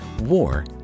War